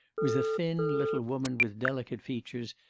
was a thin, little woman with delicate features,